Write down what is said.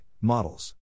models